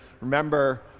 Remember